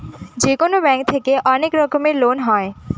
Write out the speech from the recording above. যেকোনো ব্যাঙ্ক থেকে অনেক রকমের লোন হয়